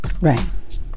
Right